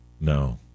No